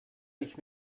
ich